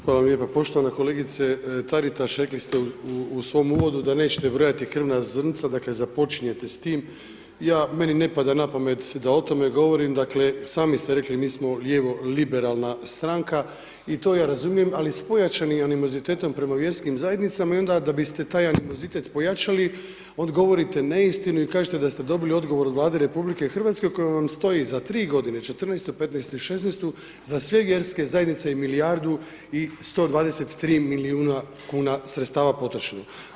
Hvala lijepa, poštovana kolegice Taritaš rekli ste u svom uvodu da neće brojati krvna zrnca, dakle započinjete s tim, ja meni ne pada na pamet da o tome govorim, dakle sami ste rekli mi smo lijevo liberalna stranka i to ja razumijem, ali s pojačanim animozitetom prema vjerskim zajednicama i onda da biste taj animozitet pojačali odgovorite neistinu i kažete da ste dobili odgovor od Vlade RH u kojem vam stoji za 3 godine, '14., '15. i '16. za sve vjerske zajednice je milijardu i 123 milijuna kuna sredstva potrošeno.